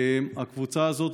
הקבוצה הזאת,